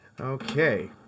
Okay